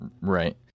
Right